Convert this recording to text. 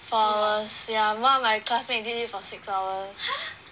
for s~ yeah one of my classmate did it for six hours